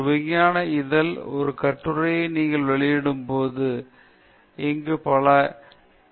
ஒரு விஞ்ஞான இதழில் ஒரு கட்டுரையை நீங்கள் வெளியிடும்போது இங்கு பல கடுமையான ஆசிரியர் பணிகளை நீங்கள் பரிசீலிக்க வேண்டும்